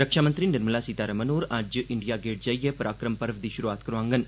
रक्षा मंत्री निर्मला सीतारमण होर अज्ज इंडिया गेट जाइयै पराक्रम पर्व दी शुरुआत करोआङन